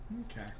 okay